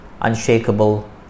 unshakable